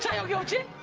yeah ah yeongja?